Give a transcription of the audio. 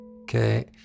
Okay